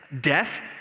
death